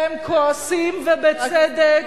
והם כועסים, ובצדק,